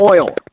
oil